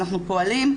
אנחנו פועלים,